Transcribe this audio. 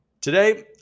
Today